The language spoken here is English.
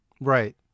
Right